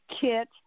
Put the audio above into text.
kit